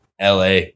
LA